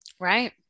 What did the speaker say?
right